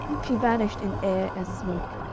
she vanished in air as smoke,